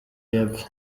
y’epfo